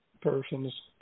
person's